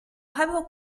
habeho